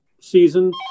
season